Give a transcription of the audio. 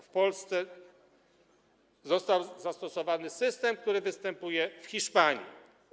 W Polsce został zastosowany system, który występuje w Hiszpanii.